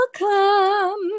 Welcome